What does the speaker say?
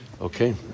Okay